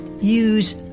Use